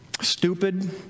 Stupid